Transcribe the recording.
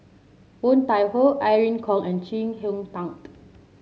Woon Tai Ho Irene Khong and Chee Hong Tat